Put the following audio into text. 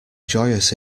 joyous